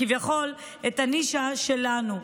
כביכול את הנישה שלנו,